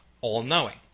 all-knowing